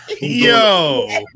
Yo